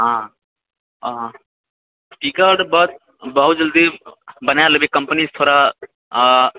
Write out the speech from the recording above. हँ हँ ticket berth बहुत जल्दी बनाए लेबै कम्पनीसँ थोड़ा